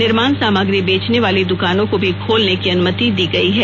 निर्माण सामग्री बेचने वाली दुकानों को भी खोलने की अनुमति दी गई है